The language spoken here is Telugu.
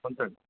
ఉంచండి